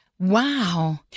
Wow